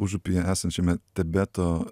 užupyje esančiame tebeto